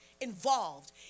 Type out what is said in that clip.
involved